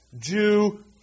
Jew